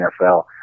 NFL